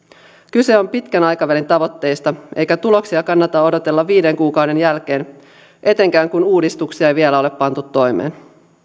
kyse on pitkän aikavälin tavoitteista eikä tuloksia kannata odotella viiden kuukauden jälkeen etenkään kun uudistuksia ei vielä ole pantu toimeen